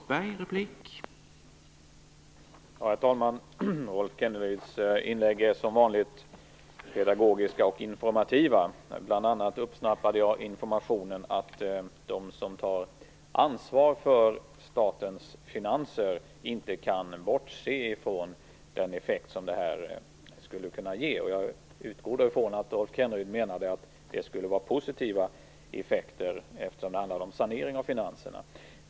Herr talman! Rolf Kenneryds inlägg är som vanligt pedagogiska och informativa. Bl.a. uppsnappade jag informationen att de som tar ansvar för statens finanser inte kan bortse från den effekt som det här skulle kunna ge. Jag utgår från att Rolf Kenneryd menade att det skulle vara positiva effekter, eftersom det handlar om sanering av finanserna.